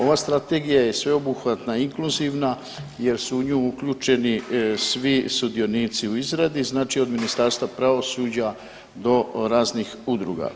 Ova strategija je sveobuhvatna i inkluzivna jer su u nju uključeni svi sudionici u izradi, znači od Ministarstva pravosuđa do raznih udruga.